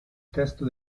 testo